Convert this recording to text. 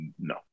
no